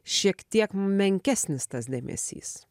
šiek tiek menkesnis tas dėmesys